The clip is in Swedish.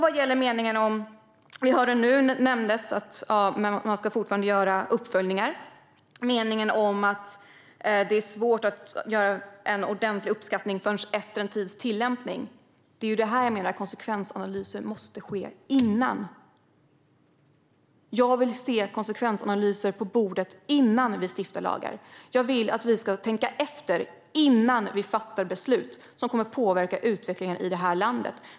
Vi hörde nu nämnas att man fortfarande ska göra uppföljningar. Jag återkommer därför till meningen om att det är svårt att göra en ordentlig uppskattning förrän efter en tids tillämpning. Konsekvensanalyser måste ju ske i förväg. Jag vill se konsekvensanalyser på bordet innan vi stiftar lagar. Jag vill att vi ska tänka efter innan vi fattar beslut som kommer att påverka utvecklingen i det här landet.